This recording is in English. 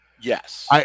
Yes